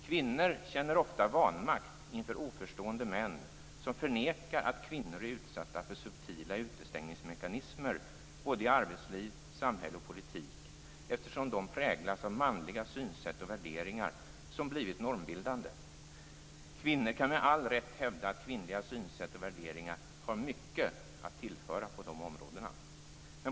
Kvinnor känner ofta vanmankt inför oförstående män, som förnekar att kvinnor är utsatta för subtila utestängningsmekanismer i arbetsliv, samhälle och politik, eftersom de präglas av manliga synsätt och värderingar, som blivit normbildande. Kvinnor kan med all rätt hävda att kvinnliga synsätt och värderingar har mycket att tillföra på de områdena.